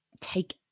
take